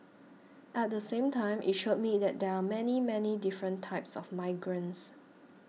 at the same time it showed me that there are many many different types of migrants